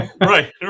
Right